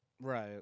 right